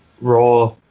Raw